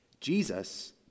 Jesus